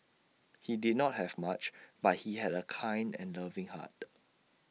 he did not have much but he had A kind and loving heart